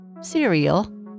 cereal